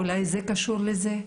אולי זה קשור לזה,